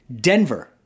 Denver